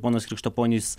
ponas krištaponis